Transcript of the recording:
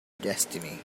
destiny